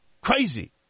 Crazy